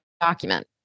document